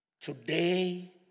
today